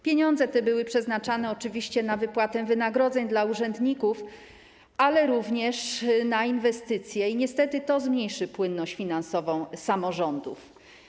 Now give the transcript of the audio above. Pieniądze te były przeznaczane oczywiście na wypłatę wynagrodzeń dla urzędników, ale również na inwestycje, a zatem niestety ta zmiana zmniejszy płynność finansową samorządów.